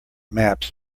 maps